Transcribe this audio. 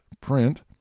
print